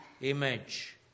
image